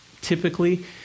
typically